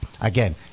again